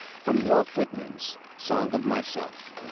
from walt whitman's song of myself.